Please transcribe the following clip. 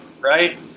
right